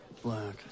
Black